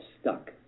stuck